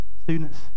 students